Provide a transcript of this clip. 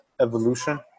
evolution